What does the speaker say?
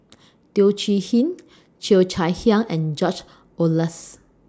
Teo Chee Hean Cheo Chai Hiang and George Oehlers